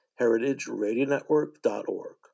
heritageradionetwork.org